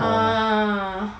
ah